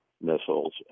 missiles